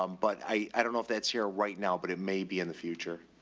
um but i don't know if that's here right now, but it may be in the future.